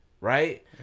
right